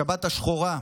בשבת השחורה,